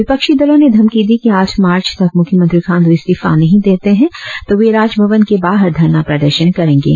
विपक्षी दलों ने धमकी दी कि आठ मार्च तक मुख्यमंत्री खांडू इस्तीफा नहीं देते है तों वे राजभवन के बाहर घरना प्रदर्शन करेंगे